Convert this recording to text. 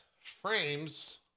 frames